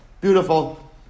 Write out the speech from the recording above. Beautiful